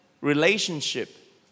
relationship